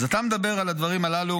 אז אתה מדבר על הדברים הללו.